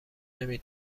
نمی